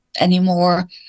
anymore